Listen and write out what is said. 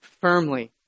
firmly